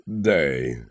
day